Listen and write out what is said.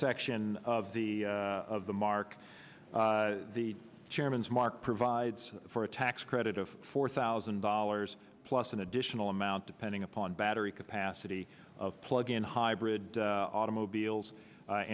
section of the of the mark the chairman's mark provides for a tax credit of four thousand dollars plus an additional amount depending upon battery capacity of plug in hybrid automobiles